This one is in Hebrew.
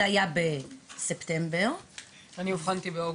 זה היה בספטמבר שנת 2021 -- אני אובחנתי באוגוסט,